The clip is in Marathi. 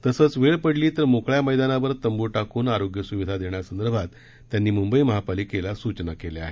तसंच वेळ पडल्यास मोकळ्या मैदानांवर तंबू टाकून आरोग्यस्विधा देण्यासंदर्भात त्यांनी मुंबई महापालिकेला सूचना केल्या आहेत